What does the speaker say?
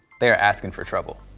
they are asking for trouble.